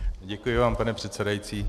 Děkuji vám, pane předsedající.